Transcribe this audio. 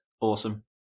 awesome